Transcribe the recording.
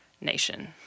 nation